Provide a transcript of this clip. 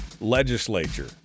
legislature